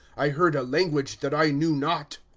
i heard a language that i knew not.